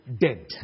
dead